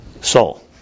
soul